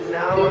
now